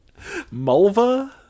Mulva